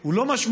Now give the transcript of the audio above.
הוא לא משמעותי,